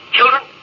Children